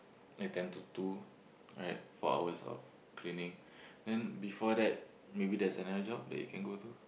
ten to two four hours of cleaning then before that maybe there's another job that you can go to